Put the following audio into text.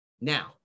Now